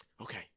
Okay